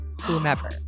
whomever